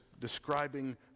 describing